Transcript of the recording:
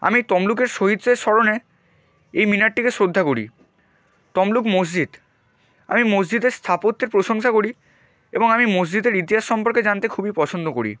আমি তমলুকের শহীদদের স্মরণে এই মিনারটিকে শ্রদ্ধা করি তমলুক মসজিদ আমি মসজিদের স্থাপত্যের প্রশংসা করি এবং আমি মসজিদের ইতিহাস সম্পর্কে জানতে খুবই পছন্দ করি